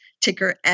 ticker